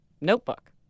notebook